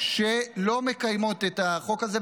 שלא מקיימות את החוק הזה,